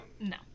No